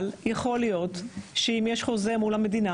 אבל יכול להיות שאם יש חוזה מול המדינה